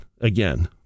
again